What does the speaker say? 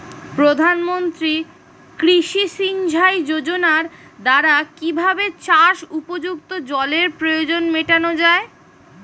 প্রধানমন্ত্রী কৃষি সিঞ্চাই যোজনার দ্বারা কিভাবে চাষ উপযুক্ত জলের প্রয়োজন মেটানো য়ায়?